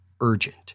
urgent